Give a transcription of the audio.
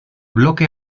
bloque